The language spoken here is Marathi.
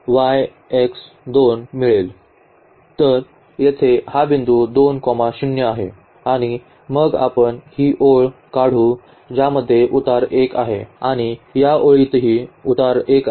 तर येथे हा बिंदू 2 0 आहे आणि मग आपण ही ओळ काढू ज्यामध्ये उतार 1 आहे आणि या ओळीतही उतार 1 आहे